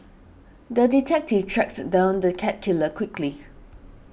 the detective tracked down the cat killer quickly